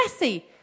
messy